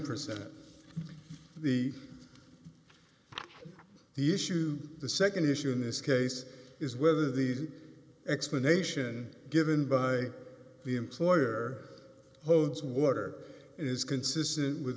percent the the issue the nd issue in this case is whether the explanation given by the employer holds water is consistent with